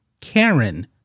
Karen